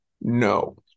no